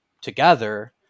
together